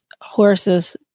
horses